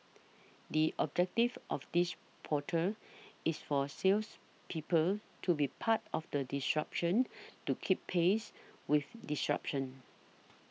the objective of this portal is for salespeople to be part of the disruption to keep pace with disruption